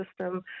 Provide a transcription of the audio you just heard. system